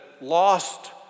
lost